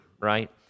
right